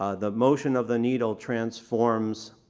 um the motion of the needle transforms